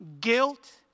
guilt